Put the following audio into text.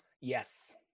Yes